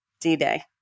D-Day